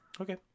Okay